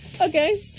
Okay